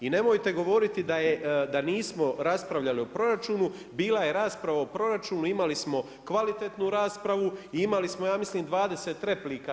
I nemojte govoriti da nismo raspravljali o proračunu, bila je raspravo o proračunu, imali smo kvalitetnu raspravu i imali smo, ja mislim 20 replika.